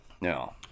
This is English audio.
No